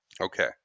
Okay